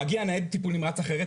מגיעה ניידת טיפול נמרץ אחרת,